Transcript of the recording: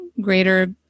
greater